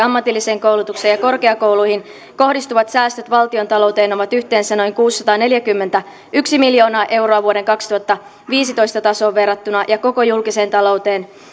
ammatilliseen koulutukseen ja korkeakouluihin kohdistuvat säästöt valtiontalouteen ovat yhteensä noin kuusisataaneljäkymmentäyksi miljoonaa euroa vuoden kaksituhattaviisitoista tasoon verrattuna ja koko julkiseen talouteen